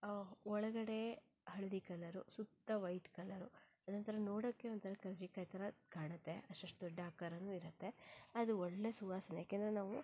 ಒಳಗಡೆ ಹಳದಿ ಕಲರು ಸುತ್ತ ವೈಟ್ ಕಲರು ಅದೊಂಥರ ನೋಡೋಕ್ಕೆ ಒಂಥರ ಕರ್ಜಿಕಾಯಿ ಥರ ಕಾಣತ್ತೆ ಅಷ್ಟಷ್ಟು ದೊಡ್ಡ ಆಕಾರನೂ ಇರತ್ತೆ ಅದು ಒಳ್ಳೆಯ ಸುವಾಸನೆ ಯಾಕೆಂದರೆ ನಾವು